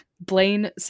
Blaine